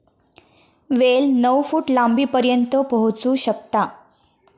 वेल नऊ फूट लांबीपर्यंत पोहोचू शकता